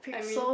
I mean